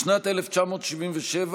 בשנת 1977,